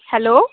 hello